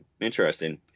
Interesting